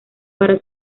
para